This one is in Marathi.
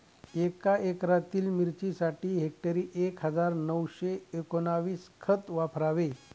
एका एकरातील मिरचीसाठी हेक्टरी एक हजार नऊशे एकोणवीस खत वापरावे